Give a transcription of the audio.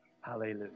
Hallelujah